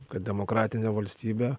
kad demokratinė valstybė